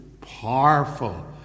powerful